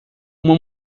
uma